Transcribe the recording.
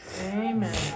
Amen